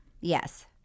Yes